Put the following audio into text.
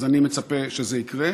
אז אני מצפה שזה יקרה.